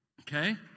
okay